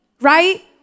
right